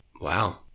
Wow